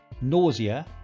nausea